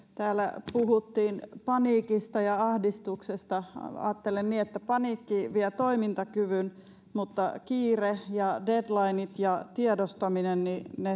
täällä puhuttiin paniikista ja ahdistuksesta ajattelen että paniikki vie toimintakyvyn mutta kiire ja deadlinet ja tiedostaminen